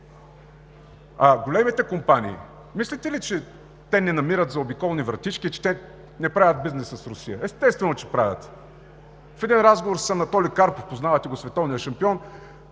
А големите компании, мислите ли, че те не намират заобиколни вратички и че не правят бизнес с Русия? Естествено, че правят. В един разговор с Анатолий Карпов – познавате го, световния шампион,